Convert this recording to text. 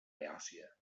beòcia